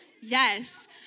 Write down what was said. Yes